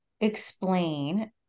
explain